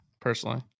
personally